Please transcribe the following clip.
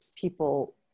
people